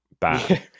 Bad